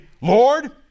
Lord